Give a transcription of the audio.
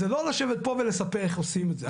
זה לא לשבת פה ולספר איך עושים את זה.